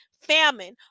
Famine